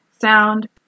sound